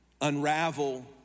unravel